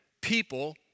people